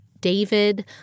David